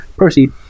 Proceed